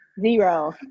Zero